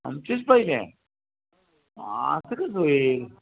आमचीच पाहिली आहे अहो असं कसं होईल